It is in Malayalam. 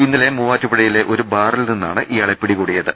ഇന്നലെ മൂവാറ്റുപുഴയിലെ ഒരു ബാറിൽ നിന്നാണ് ഇയാളെ പിടികൂടിയത്